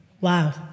Wow